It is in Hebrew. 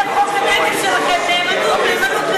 זה חוק הנגד שלכם, נאמנות.